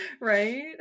Right